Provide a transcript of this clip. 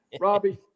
Robbie